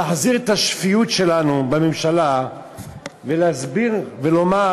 להחזיר את השפיות שלנו בממשלה ולהסביר ולומר: